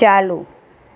ચાલુ